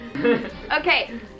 Okay